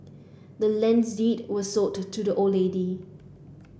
the land's deed was sold to the old lady